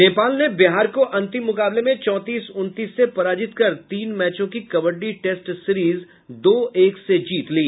नेपाल ने बिहार को अंतिम मुकाबले में चौंतीस उनतीस से पराजित कर तीन मैचों की कबड्डी टेस्ट सीरिज दो एक से जीत ली